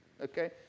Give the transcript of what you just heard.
Okay